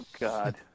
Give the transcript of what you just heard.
God